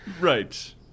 right